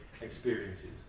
experiences